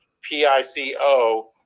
P-I-C-O